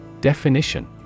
Definition